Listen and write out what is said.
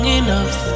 enough